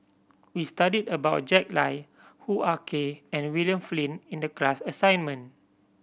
we studied about Jack Lai Hoo Ah Kay and William Flint in the class assignment